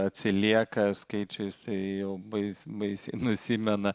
atsilieka skaičiais tai jau bais baisiai nusimena